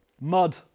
mud